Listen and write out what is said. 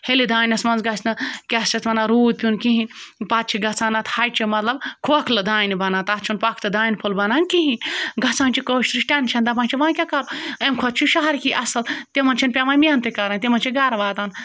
ہیٚلہِ دانیٚس منٛز گژھِ نہٕ کیٛاہ چھِ اَتھ وَنان روٗد پیٚون کِہیٖنۍ پَتہٕ چھِ گژھان اَتھ ہَچہِ مطلب کھوکھلہٕ مطلب دانہِ بَنان تَتھ چھُنہٕ پۄخھتہٕ دانہِ پھوٚل بَنان کِہیٖنۍ گژھان چھِ کٲشرِس ٹٮ۪نشَن دَپان چھِ وۄنۍ کیٛاہ کَرو اَمہِ کھۄتہِ چھِ شہرکی اَصٕل تِمَن چھِنہٕ پیٚوان محنتٕے کَرٕنۍ تِمَن چھِ گَرٕ واتان